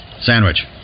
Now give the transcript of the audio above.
Sandwich